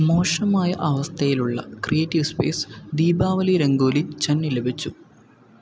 മോശമായ അവസ്ഥയിലുള്ള creative space Deepavali rangoli ചന്നി ലഭിച്ചു